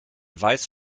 weiß